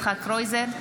יצחק קרויזר,